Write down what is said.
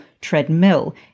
treadmill